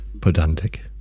Pedantic